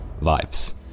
vibes